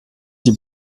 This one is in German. die